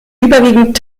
überwiegend